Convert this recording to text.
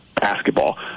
basketball